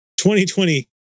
2020